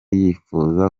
yifuza